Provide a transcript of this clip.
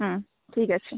হুম ঠিক আছে